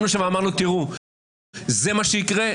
אתה אלים, אתה דיקטטור, זה מה שאתה.